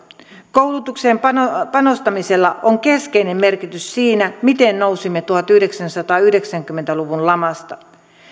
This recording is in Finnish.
koulutukseen panostamisella oli keskeinen merkitys siinä miten nousimme tuhatyhdeksänsataayhdeksänkymmentä luvun lamasta